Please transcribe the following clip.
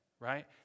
right